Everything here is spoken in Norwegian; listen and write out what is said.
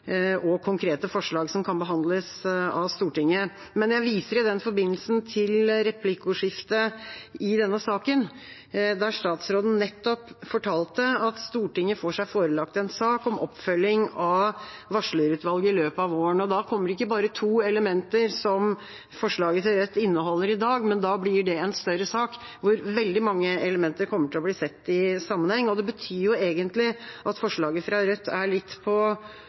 forslag som kan behandles av Stortinget. Jeg viser i den forbindelse til replikkordskiftet i denne saken, der statsråden nettopp fortalte at Stortinget får seg forelagt en sak om oppfølging av varslerutvalget i løpet av våren. Da kommer det ikke bare to elementer, som forslaget til Rødt inneholder, men det blir en større sak hvor veldig mange elementer kommer til å bli sett i sammenheng. Det betyr egentlig at forslaget fra Rødt er litt på